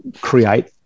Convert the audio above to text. create